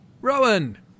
Rowan